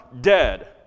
dead